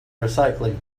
recycling